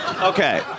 Okay